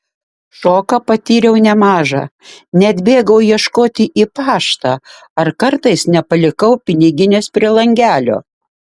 šoką patyriau nemažą net bėgau ieškoti į paštą ar kartais nepalikau piniginės prie langelio